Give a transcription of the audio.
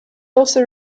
also